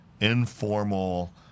informal